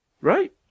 right